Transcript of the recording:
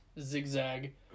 zigzag